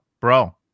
bro